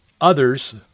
others